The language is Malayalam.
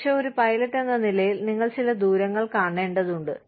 പക്ഷേ ഒരു പൈലറ്റ് എന്ന നിലയിൽ നിങ്ങൾ ചില ദൂരങ്ങൾ കാണേണ്ടതുണ്ട്